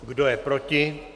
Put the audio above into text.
Kdo je proti?